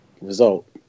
result